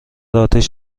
آتش